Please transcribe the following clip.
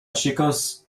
chicos